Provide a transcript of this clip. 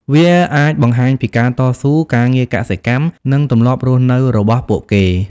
វាអាចបង្ហាញពីការតស៊ូ ការងារកសិកម្ម និងទម្លាប់រស់នៅរបស់ពួកគេ។